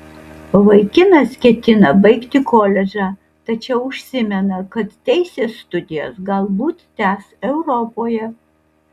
vaikinas ketina baigti koledžą tačiau užsimena kad teisės studijas galbūt tęs europoje